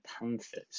Panthers